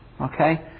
okay